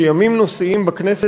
שימים נושאיים בכנסת,